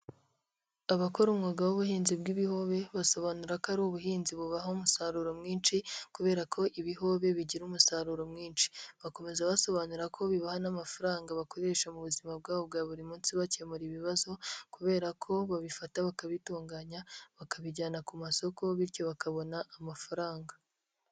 Abakora umwuga w'ubuhinzi bw'ibihobe basobanura ko ari ubuhinzi bubaha umusaruro mwinshi kubera ko ibihobe bigira umusaruro mwinshi, bakomeza basobanura ko bibaha n'amafaranga bakoresha mu buzima bwabo bwa buri munsi bakemura ibibazo kubera ko babifata bakabitunganya bakabijyana ku masoko bityo bakabona amafaranga.